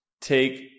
take